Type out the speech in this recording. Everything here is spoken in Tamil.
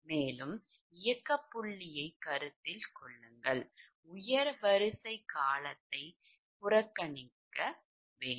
சில இயக்க புள்ளி ஐ கருத்தில் கொள்ளுங்கள் உயர் வரிசை காலத்தை புறக்கணிக்கவும்